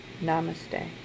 Namaste